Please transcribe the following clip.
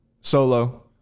Solo